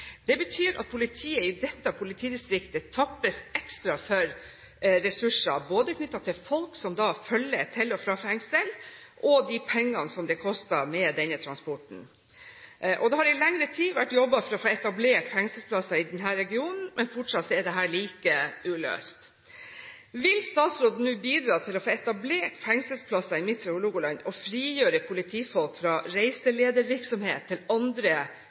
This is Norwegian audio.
Det betyr at politiet i dette politidistriktet tappes ekstra for ressurser, både knyttet til folk som følger til og fra fengsel, og de pengene denne transporten koster. Det har i lengre tid vært jobbet for å få etablert fengselsplasser i denne regionen, men fortsatt er dette like uløst. Vil statsråden nå bidra til å få etablert fengselsplasser i Midtre Hålogaland og frigjøre politifolk fra reiseledervirksomhet til andre,